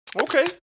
Okay